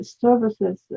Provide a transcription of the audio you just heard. services